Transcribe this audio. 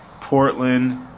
Portland